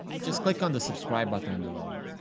just click on the subscribe button below.